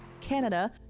Canada